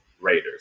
Raiders